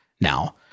now